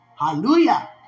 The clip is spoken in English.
Hallelujah